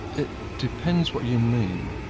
it depends what you mean.